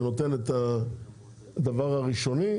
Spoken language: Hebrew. שנותן את הדבר הראשוני,